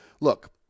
look